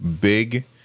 big